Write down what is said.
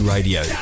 Radio